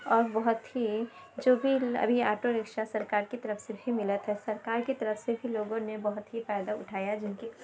اور بہت ہی جو بھی ابھی آٹو رکشہ سرکار کی طرف سے بھی ملا تھا سرکار کی طرف سے بھی لوگوں نے بہت ہی فائدہ اُٹھایا جن کی